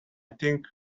think